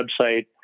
website